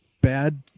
bad